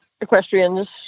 equestrians